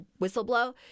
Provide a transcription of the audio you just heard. whistleblow